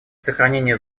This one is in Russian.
сохранение